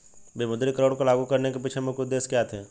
विमुद्रीकरण को लागू करने के पीछे मुख्य उद्देश्य क्या थे?